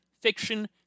fiction